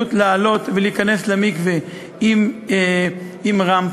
האפשרות לעלות ולהיכנס למקווה עם רמפה,